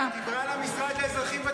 היא דיברה על המשרד לאזרחים ותיקים.